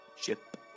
ship